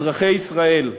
אזרחי ישראל,